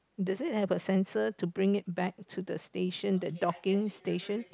did it has a sensor to bring it back to the station the docking station